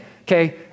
okay